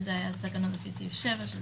אם זה היה תקנות לפי סעיף 7,